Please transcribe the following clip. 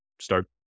start